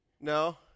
No